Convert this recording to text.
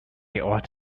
ought